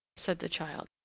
said the child,